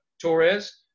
torres